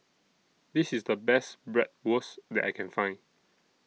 This IS The Best Bratwurst that I Can Find